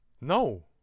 No